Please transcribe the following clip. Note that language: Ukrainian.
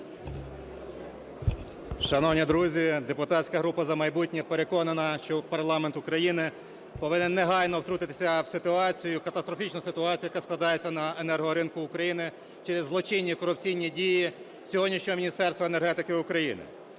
Шановні друзі, депутатська група "За майбутнє" переконана, що парламент України повинен негайно втрутитися в ситуацію, катастрофічну ситуацію, яка складається на енергоринку України через злочинні корупційні дії сьогоднішнього Міністерства енергетики України.